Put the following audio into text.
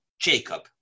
Jacob